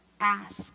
Ask